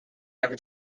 never